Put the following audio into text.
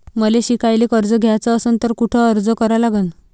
मले शिकायले कर्ज घ्याच असन तर कुठ अर्ज करा लागन?